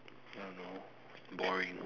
I don't know boring